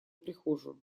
прихожую